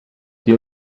you